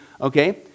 Okay